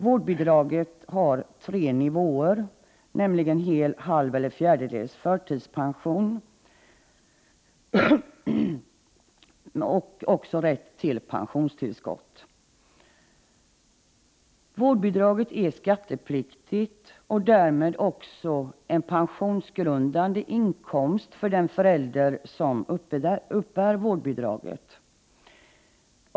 Vårdbidraget har tre nivåer, nämligen hel, halv eller en fjärdedels förtidspension och innefattar även rätt till pensionstillskott. Vårdbidraget är skattepliktigt och därmed en pensionsgrundande inkomst för den förälder som uppbär vårdbidraget.